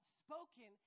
spoken